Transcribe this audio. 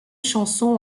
chanson